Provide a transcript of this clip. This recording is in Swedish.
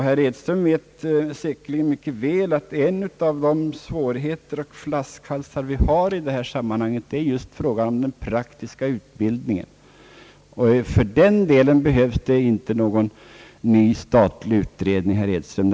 Herr Edström vet säkerligen mycket väl att en av svårigheterna och flaskhalsarna i detta sammanhang är just den praktiska utbildningen. För att klara denna behövs det inte någon ny statlig utredning, herr Edström.